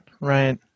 Right